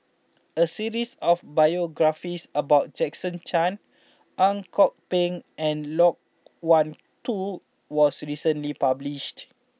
a cities of biographies about Jason Chan Ang Kok Peng and Loke Wan Tho was recently published